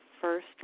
first